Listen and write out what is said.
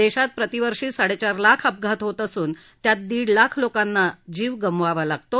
देशात प्रतिवर्षी साडेचार लाख अपघात होत असून त्यात दीड लाख लोकांना जीव गमवावा लागतो